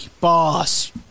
Boss